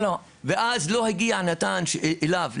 ואז לא הגיע נט"ן אליו,